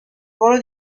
ruolo